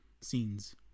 scenes